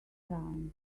time